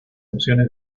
opciones